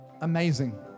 Amazing